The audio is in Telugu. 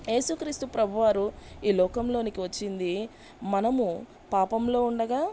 ఏసుక్రీస్తు ప్రభువారు ఈ లోకంలోనికి వచ్చింది మనము పాపంలో ఉండగా